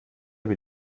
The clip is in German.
mit